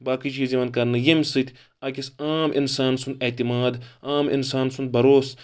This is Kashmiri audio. باقٕے چیٖز یِوان کَرنہٕ ییٚمہِ سۭتۍ أکِس عام اِنسان سُند اعتِماد عام اِنسان سُند بروسہٕ